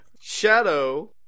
Shadow